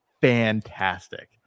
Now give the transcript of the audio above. fantastic